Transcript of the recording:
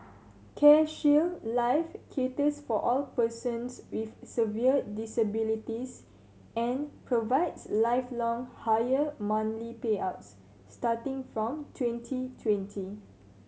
CareShield Life caters for all persons with severe disabilities and provides lifelong higher monthly payouts starting from twenty twenty